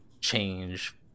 change